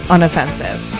Unoffensive